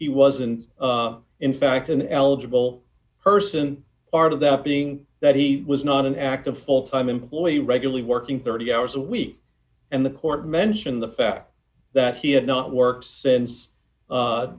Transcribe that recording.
he wasn't in fact an eligible person part of that being that he was not an active full time employee regularly working thirty hours a week and the court mentioned the fact that he had not worked since